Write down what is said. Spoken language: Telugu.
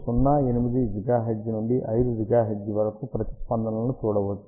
8 GHz నుండి 5 GHz వరకు ప్రతిస్పందనలను చూడవచ్చు